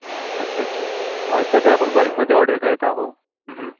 अच्छा अच्छा सर जर आपण बल्कमध्ये ऑर्डर करत आहोत